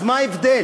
אז מה ההבדל?